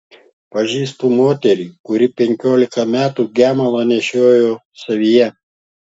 pažįstu moterį kuri penkiolika metų gemalą nešiojo savyje